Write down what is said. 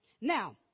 Now